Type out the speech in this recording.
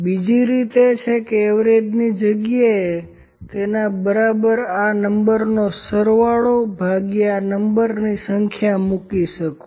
બીજી રીત એ છે કે એવરેજની જગ્યાએ તેના બરાબર આ નંબરોનો સરવાળો ભાગ્યા આ નંબરની સંખ્યા મુકી શકુ